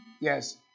yes